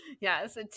Yes